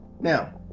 Now